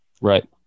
Right